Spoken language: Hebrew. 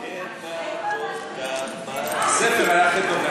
"הבוקר בא כל כך מהר" הספר היה הכי טוב,